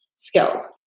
Skills